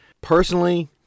Personally